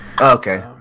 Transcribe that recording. Okay